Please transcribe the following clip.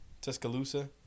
Tuscaloosa